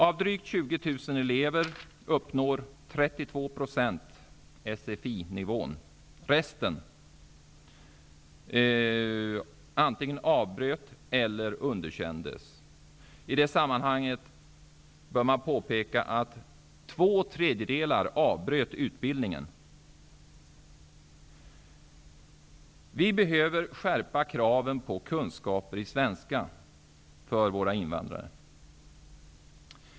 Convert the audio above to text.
Av drygt 20 000 elever uppnår 32 % sfi-nivån. Resten antingen avbröt utbildningen eller underkändes. I det sammanhanget bör man påpeka att två tredjedelar avbröt utbildningen. Vi behöver skärpa kraven på kunskaper i svenska för våra invandrare.